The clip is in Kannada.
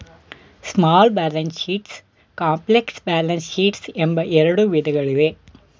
small balance sheets, complex balance sheets ಎಂಬ ಎರಡು ವಿಧಗಳಿವೆ